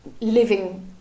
living